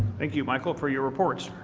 thank you, michael, for your reports.